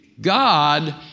God